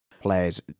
players